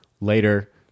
later